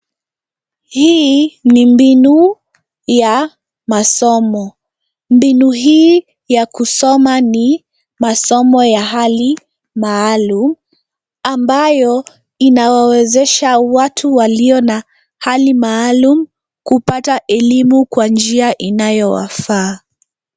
Hii ni mbinu ya masomo. Mbinu hii ya kusoma ni masomo ya hali maalum ambayo inawawezesha watu walio na hali maalum kupata elimu kwa njia inayowafaa.